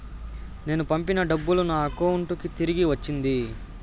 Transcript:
నేను పంపిన డబ్బులు నా అకౌంటు కి తిరిగి వచ్చింది